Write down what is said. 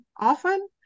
often